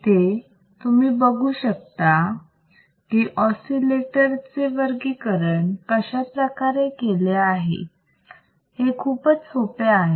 इथे तुम्ही बघू शकता की ऑसिलेटर चे वर्गीकरण कशाप्रकारे केले आहे हे खूपच सोपे आहे